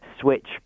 switch